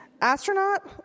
Astronaut